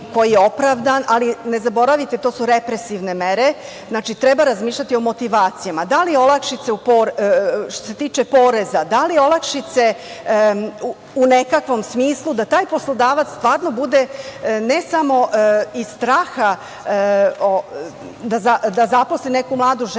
koji je opravdan, ali ne zaboravite to su represivne mere, znači treba razmišljati o motivacijama. Da li olakšice što se tiče poreza, da li olakšice u nekakvom smislu da taj poslodavac stvarno bude, ne samo iz straha da zaposli neku mladu ženu,